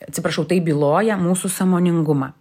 atsiprašau tai byloja mūsų sąmoningumą